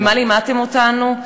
מה לימדתם אותנו?